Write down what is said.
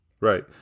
Right